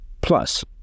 Plus